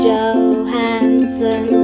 Johansson